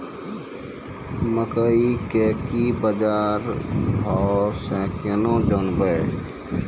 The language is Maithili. मकई के की बाजार भाव से केना जानवे?